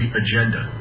agenda